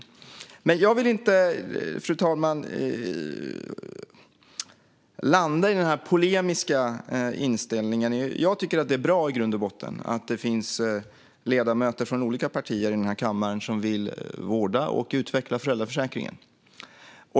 Men, fru talman, jag vill inte landa i denna polemiska inställning. Jag tycker att det i grund och botten är bra att det finns ledamöter från olika partier i denna kammare som vill vårda och utveckla föräldraförsäkringen.